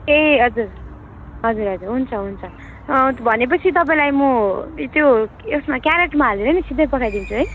ए हजुर हजुर हुन्छ हुन्छ भनेपछि तपाईँलाई म त्यो यसमा क्यारेटमा हालेर नि सिधै पठाइदिन्छु है